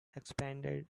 expanded